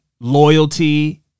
loyalty